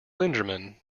linderman